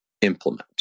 implement